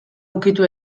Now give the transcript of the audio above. ukitu